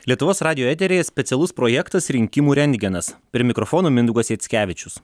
lietuvos radijo eteryje specialus projektas rinkimų rentgenas per mikrofoną mindaugas jackevičius